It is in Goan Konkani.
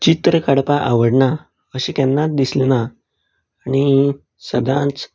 चित्र काडपा आवडना अशें केन्ना दिसलें ना आनी सदांच चित्र काडपाची